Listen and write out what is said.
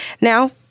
Now